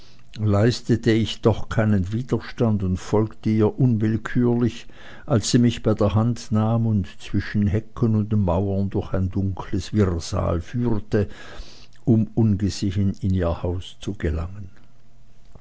leistete ich doch keinen widerstand und folgte ihr unwillkürlich als sie mich bei der hand nahm und zwischen hecken und mauern durch ein dunkles wirrsal führte um ungesehen in ihr haus zu gelangen